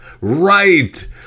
Right